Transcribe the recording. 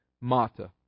Mata